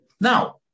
Now